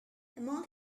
among